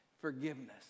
Forgiveness